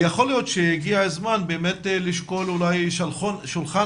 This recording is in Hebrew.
יכול להיות שהגיע הזמן באמת לשקול אולי שולחן